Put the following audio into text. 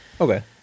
Okay